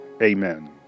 Amen